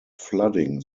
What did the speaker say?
flooding